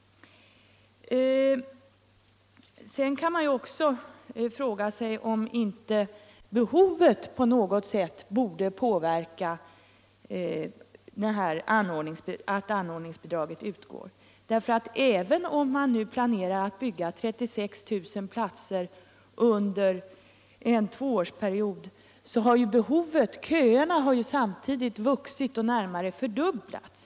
Sedan kan man också fråga sig om inte behovet på något sätt borde påverka möjligheterna till att anordningsbidrag utgår, därför att iäven om man nu planerar att bvgga 36 000 platser under en tvåårsperiod, så har ju behovet, köerna till daghemmen, samtidigt vuxit och närmare fördubblats.